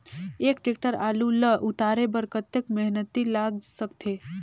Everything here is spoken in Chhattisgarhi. एक टेक्टर आलू ल उतारे बर कतेक मेहनती लाग सकथे?